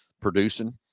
producing